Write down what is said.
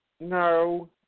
No